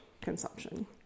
consumption